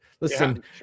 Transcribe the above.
Listen